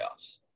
playoffs